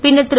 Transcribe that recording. பின்னர் திரு